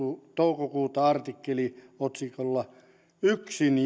toukokuuta artikkeli otsikolla yksin